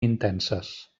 intenses